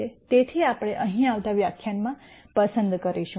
તેથી આપણે અહીં આવતા વ્યાખ્યાનમાં પસંદ કરીશું